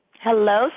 Hello